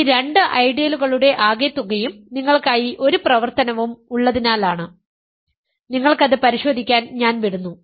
ഈ രണ്ട് ഐഡിയലുകളുടെ ആകെത്തുകയും നിങ്ങൾക്കായി ഒരു പ്രവർത്തനവും ഉള്ളതിനാലാണ് നിങ്ങൾക്കത് പരിശോധിക്കാൻ ഞാൻ വിടുന്നു